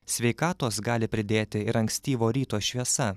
sveikatos gali pridėti ir ankstyvo ryto šviesa